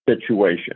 situation